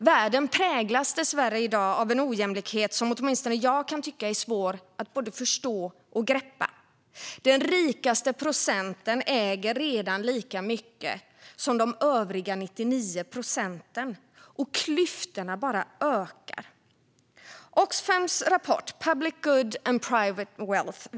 Världen präglas dessvärre i dag av en ojämlikhet som åtminstone jag kan tycka är svår att förstå och greppa. Den rikaste procenten äger redan lika mycket som de övriga 99 procenten, och klyftorna bara ökar. Oxfams rapport Public Good or Private Wealth?